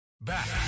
Back